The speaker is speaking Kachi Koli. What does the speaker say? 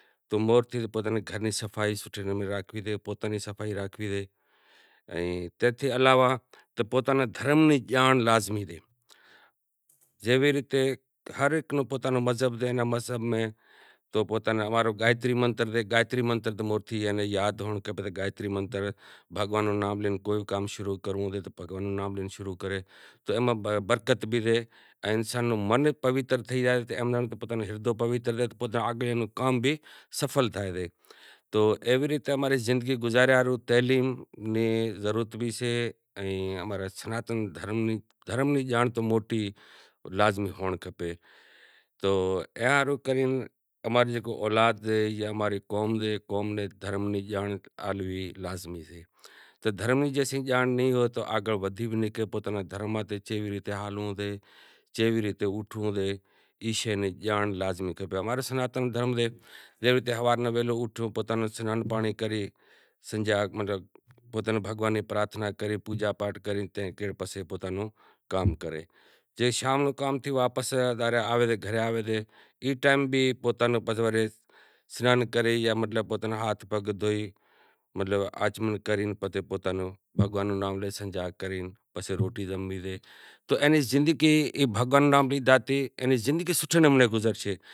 تو پوتانی گر نی صاف ستھرائی راکھنڑی سے تے تاں علاوہ پوتاں نی دھرم نی جانڑ لازمی ڈیاں۔ جیوی ریت مزہب میں پوتاں امارو گائتری منتر تھیو او یاد راکھنڑو پڑے کہ بھگوان نو نام لئی شروع کرنووں سے تو بھگوان نو نام لئی شروع کرو تو ایماں برکت بھی سے ان انسان نو من بھی پویتر تھئی زائےان اینو کام بھی سپھل تھئی زائے تو ایوی ریت اماں ری زندگی گزاریا ہاروں تعلیم نی بھی ضرورت سے ان اماں رو سناتن دھرم نی جانڑ تو موٹی لازمی ہوئینڑ کھپے۔ تو کہیا ہاروں اماں رو جیکو اولاد یا قوم سے قوم نی دھرم نی جانڑ آلوی لازمی سے۔ واپس آوے سے گھر آوے سے تو سنان کرے جاں پوتاں نوں ہاتھ پاگ دھوئی پسے بھگوان نو نام لیسیں پسے روٹلو زمسے تو اینی زندگی اینو بھگوان نو نام بھی لادھی